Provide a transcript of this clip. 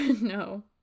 no